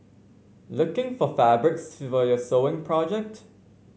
looking for fabrics for your sewing project